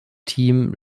team